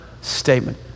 statement